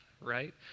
right